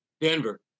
Denver